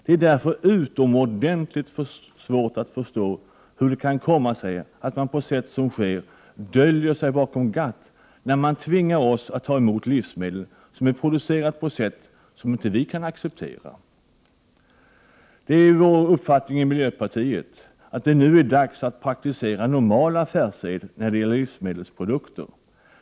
Det är därför utomordentligt svårt att förstå hur det kan komma sig att man, på sätt som sker, döljer sig bakom GATT när man tvingar oss att ta emot livsmedel som är producerade på sätt som vi i Sverige inte kan acceptera. Det är vår uppfattning i miljöpartiet att det nu är dags att praktisera normal affärssed när det gäller livsmedelsprodukter.